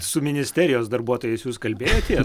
su ministerijos darbuotojais jūs kalbėjotės